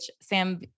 Sam